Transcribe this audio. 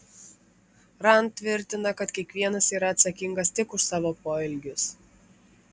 rand tvirtina kad kiekvienas yra atsakingas tik už savo poelgius